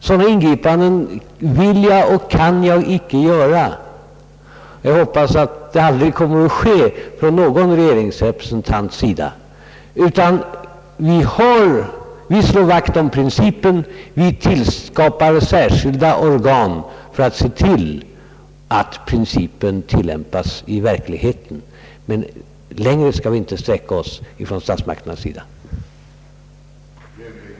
Sådana ingripanden vill och kan jag icke göra, och jag hoppas att det aldrig kommer att inträffa att någon regeringsrepresentant gör det. Men vi skall slå vakt om principen. Vi har tillskapat särskilda organ, som skall se till att denna princip tillämpas i verkligheten, men längre skall vi från statsmakternas sida inte sträcka oss. År och dag som ovan.